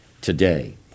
today